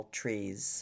trees